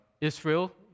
Israel